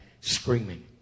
screaming